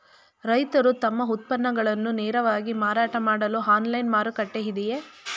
ರೈತರು ತಮ್ಮ ಉತ್ಪನ್ನಗಳನ್ನು ನೇರವಾಗಿ ಮಾರಾಟ ಮಾಡಲು ಆನ್ಲೈನ್ ಮಾರುಕಟ್ಟೆ ಇದೆಯೇ?